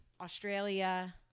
Australia